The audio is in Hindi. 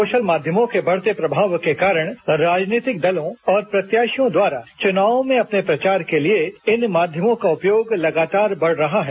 सोशल माध्यमों के बढ़ते प्रभाव के कारण राजनीतिक दलों और प्रत्याशियों द्वारा चुनाव में अपने प्रचार के लिए इन माध्यमों का उपयोग लगातार बढ़ रहा है